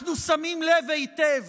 אנחנו שמים לב היטב